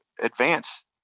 advance